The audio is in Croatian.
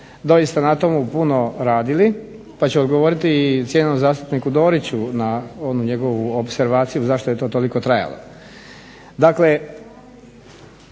doista na tomu puno radili, pa ću odgovoriti i cijenjenom zastupniku Doriću na onu njegovu opservaciju zašto je to toliko trajalo.